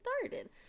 started